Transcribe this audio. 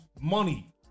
money